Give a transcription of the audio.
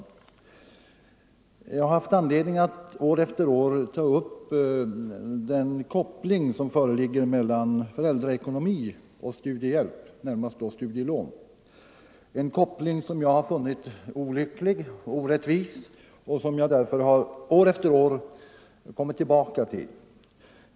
139 Jag har haft anledning att år efter år ta upp den koppling som föreligger mellan föräldraekonomi och studiehjälp, och då närmast studielån. Det är en koppling som jag funnit olycklig och orättvis och som jag därför gång på gång har kommit tillbaka till.